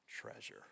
treasure